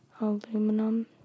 aluminum